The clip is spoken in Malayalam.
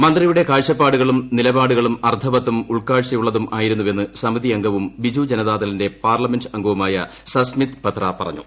മന്ത്രിയുടെ കാഴ്ചപ്പാടുകളും നിലപാടുകളും അർത്ഥവത്തും ഉൾക്കാഴ്ചയുള്ളതുമായിരുന്നുവെന്ന് സമിതി അംഗവും ബിജു ജനതാദളിന്റെ പാർലമെന്റംഗവുമായ സ്ഥസ്മിത് പത്ര പറഞ്ഞു